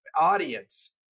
audience